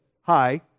hi